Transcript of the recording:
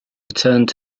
returned